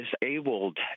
disabled